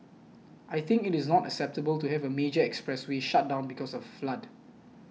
I think it is not acceptable to have a major expressway shut down because of a flood